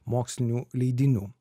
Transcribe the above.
mokslinių leidinių